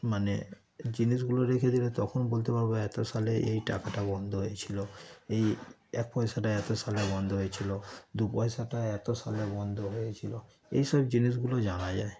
মানে জিনিসগুলো রেখে দিলে তখন বলতে পারব এত সালে এই টাকাটা বন্ধ হয়েছিল এই এক পয়সাটা এত সালে বন্ধ হয়েছিল দু পয়সাটা এত সালে বন্ধ হয়েছিল এইসব জিনিসগুলো জানা যায়